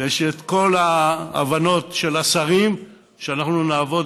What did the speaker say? ויש את כל ההבנות של השרים שאנחנו נעבוד